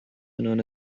known